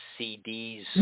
CDs